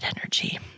energy